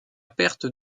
perte